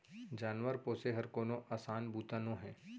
जानवर पोसे हर कोनो असान बूता नोहे